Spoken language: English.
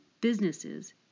businesses